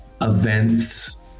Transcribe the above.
events